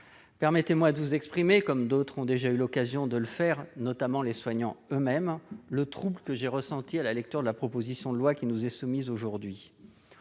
permettez-moi de vous exprimer, comme d'autres ont déjà eu l'occasion de le faire, notamment les soignants eux-mêmes, le trouble que j'ai ressenti à la lecture de la proposition de loi qui nous est soumise aujourd'hui.